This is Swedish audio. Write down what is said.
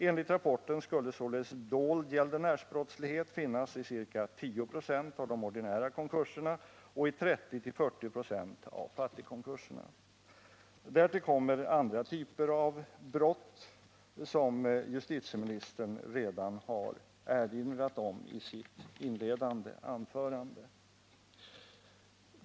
Enligt rapporten skulle således dold gäldenärsbrottslighet finnas i ca 10 96 av de ordinära konkurserna och i 30-40 946 av fattigkonkurserna. Därtill kommer andra typer av brott, som justitieministern redan har erinrat om i sitt inledande anförande.